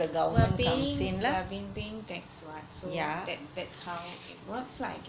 we're paying we've been paying tax what so I guess that's how it works